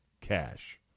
cash